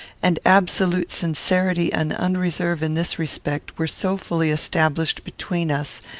and absolute sincerity and unreserve in this respect were so fully established between us,